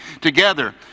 together